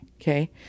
Okay